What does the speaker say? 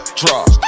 drop